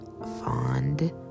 fond